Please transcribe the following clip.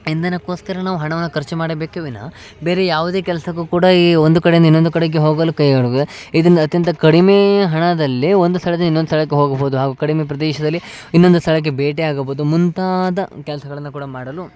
ಇಂಧನಕ್ಕೋಸ್ಕರ ನಾವು ವು ಹಣವನ್ನು ಖರ್ಚು ಮಾಡಬೇಕೇ ವಿನಃ ಬೇರೆ ಯಾವುದೇ ಕೆಲಸಕ್ಕೂ ಕೂಡ ಈ ಒಂದು ಕಡೆಯಿಂದ ಇನ್ನೊಂದು ಕಡೆಗೆ ಹೋಗಲು ಇದರಿಂದ ಅತ್ಯಂತ ಕಡಿಮೆ ಹಣದಲ್ಲಿ ಒಂದು ಸ್ಥಳದಿಂದ ಇನ್ನೊಂದು ಸ್ಥಳಕ್ಕೆ ಹೋಗಬಹುದು ಹಾಗೂ ಕಡಿಮೆ ಪ್ರದೇಶದಲ್ಲಿ ಇನ್ನೊಂದು ಸ್ಥಳಕ್ಕೆ ಭೇಟಿ ಆಗಬೋದು ಮುಂತಾದ ಕೆಲಸಗಳನ್ನು ಕೂಡ ಮಾಡಲು